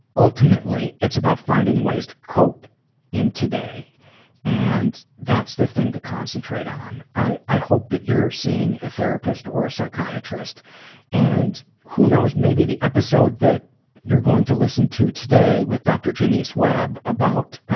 ultimately it's about finding ways to cope in today and that's the thing to concentrate on. i i hope that you're seeing a therapist or a psychiatrist and who knows, maybe the episode that you're going to listen to today with dr. jonice webb about